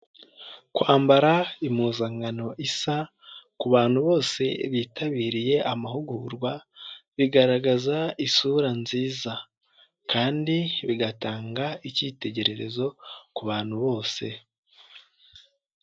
Kwambara impuzankano isa ku bantu bose bitabiriye amahugurwa bigaragaza isura nziza, kandi bigatanga icyitegererezo ku bantu bose.